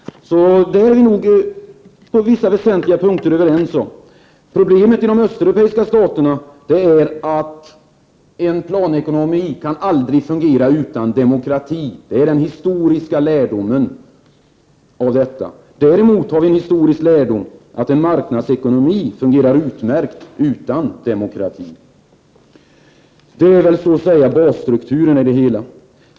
Där är vi på vissa väsentliga punkter överens. Problemet i de östeuropeiska staterna är att en planekonomi aldrig kan fungera utan demokrati. Det är den historiska lärdomen av detta. Däremot har vi en annan historisk lärdom, att en marknadsekonomi fungerar utmärkt utan demokrati. Det är så att säga basstrukturen.